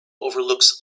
overlooks